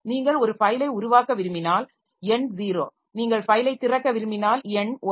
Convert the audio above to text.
நீங்கள் ஒரு ஃபைலை உருவாக்க விரும்பினால் எண் 0 நீங்கள் ஃபைலை திறக்க விரும்பினால் எண் 1